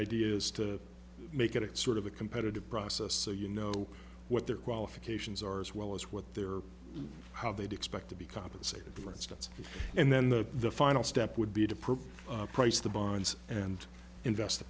idea is to make it sort of a competitive process so you know what their qualifications are as well as what their how they'd expect to be compensated for instance and then the final step would be to probe price the bonds and invest the